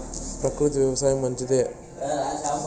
ప్రకృతి వ్యవసాయం మంచిదా?